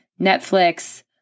Netflix